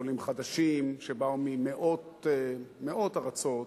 עולים חדשים שבאו ממאות ארצות.